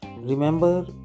Remember